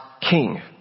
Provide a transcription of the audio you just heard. king